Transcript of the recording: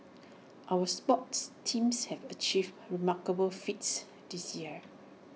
our sports teams have achieved remarkable feats this year